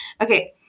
Okay